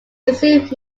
received